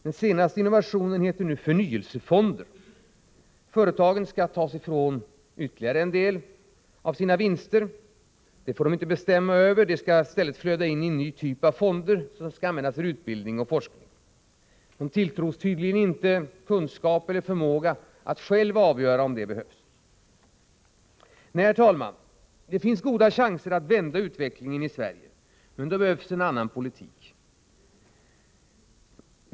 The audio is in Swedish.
Den senaste innovationen heter förnyelsefonder. Företagen skall bli fråntagna ytterligare en del av sina vinster. Dem får de inte bestämma över. De skall i stället flöda in i en ny typ av fonder, som skall användas för utbildning och forskning. Företagen tilltros tydligen inte vare sig kunskaper eller förmåga att själva avgöra om det behövs. Nej, herr talman! Det finns goda chanser att vända utvecklingen i Sverige, men då behövs det en annan politik.